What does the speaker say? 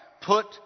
Put